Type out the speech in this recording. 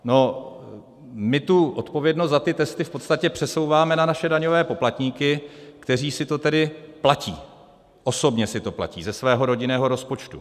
No, my odpovědnost za testy v podstatě přesouváme na naše daňové poplatníky, kteří si to tedy platí osobně ze svého rodinného rozpočtu.